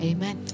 Amen